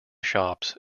shops